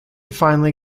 finally